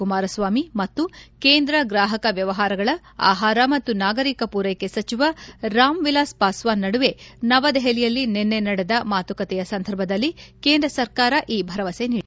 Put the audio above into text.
ಕುಮಾರಸ್ವಾಮಿ ಮತ್ತು ಕೇಂದ್ರ ಗ್ರಾಹಕ ವ್ಯವಹಾರಗಳ ಆಹಾರ ಮತ್ತು ನಾಗರಿಕ ಪೂರೈಕೆ ಸಚಿವ ರಾಮವಿಲಾಸ್ ಪಾಸ್ವಾನ್ ನಡುವೆ ನವದೆಹಲಿಯಲ್ಲಿ ನಿನ್ನೆ ನಡೆದ ಮಾತುಕತೆಯ ಸಂದರ್ಭದಲ್ಲಿ ಕೇಂದ್ರ ಸರಕಾರ ಈ ಭರವಸೆ ನೀಡಿದೆ